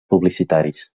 publicitaris